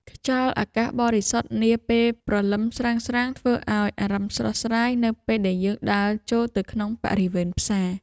ខ្យល់អាកាសបរិសុទ្ធនាពេលព្រលឹមស្រាងៗធ្វើឱ្យអារម្មណ៍ស្រស់ស្រាយនៅពេលដែលយើងដើរចូលទៅក្នុងបរិវេណផ្សារ។